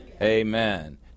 Amen